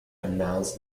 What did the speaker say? announced